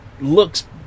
looks